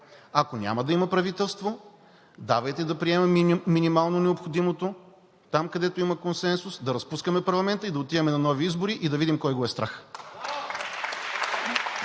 Ако няма да има правителство, давайте да приемем минимално необходимото – там, където има консенсус, да разпускаме парламента и да отиваме на нови избори, и да видим кой го е страх.